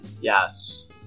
Yes